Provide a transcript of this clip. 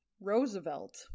Roosevelt